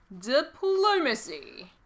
Diplomacy